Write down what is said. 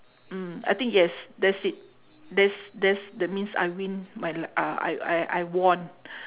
mm I think yes that's it that's that's that means I win my li~ uh I I I won